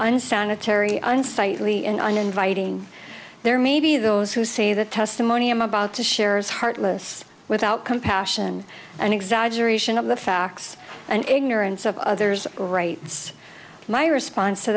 unsanitary unsightly and uninviting there may be those who say the testimony i'm about to share is heartless without compassion and exaggeration of the facts and ignorance of others rights my response to